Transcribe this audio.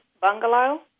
bungalow